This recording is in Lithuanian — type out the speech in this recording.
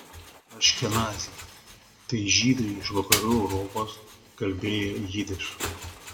aškenaziai tai žydai iš vakarų europos kalbėję jidiš